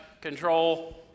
control